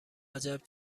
عجب